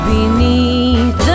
Beneath